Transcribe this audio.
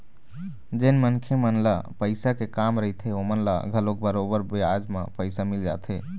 जेन मनखे मन ल पइसा के काम रहिथे ओमन ल घलोक बरोबर बियाज म पइसा मिल जाथे